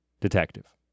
detective